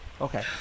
Okay